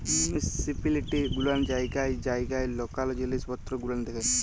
municipality গুলান জায়গায় জায়গায় লকাল জিলিস পত্তর গুলান দেখেল